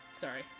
sorry